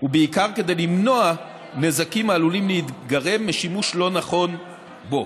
ובעיקר כדי למנוע נזקים העלולים להיגרם משימוש לא נכון בו.